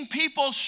people